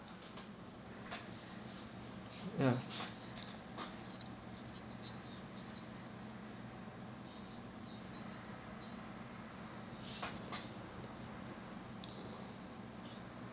ya